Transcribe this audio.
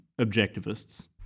objectivists